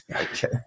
Okay